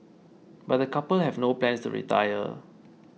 but the couple have no plans to retire